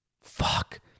fuck